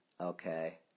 Okay